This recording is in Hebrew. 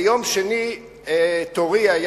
ביום שני היה תורי,